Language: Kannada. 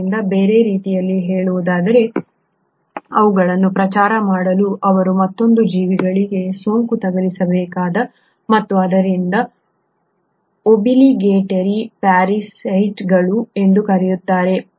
ಆದ್ದರಿಂದ ಬೇರೆ ರೀತಿಯಲ್ಲಿ ಹೇಳುವುದಾದರೆ ಅವುಗಳನ್ನು ಪ್ರಚಾರ ಮಾಡಲು ಅವರು ಮತ್ತೊಂದು ಜೀವಿಗಳಿಗೆ ಸೋಂಕು ತಗುಲಿಸಬೇಕು ಮತ್ತು ಆದ್ದರಿಂದ ಓಬಿಲಿಗೇಟರೀ ಪ್ಯಾರಾಸೈಟ್ಗಳು ಎಂದು ಕರೆಯಲಾಗುತ್ತದೆ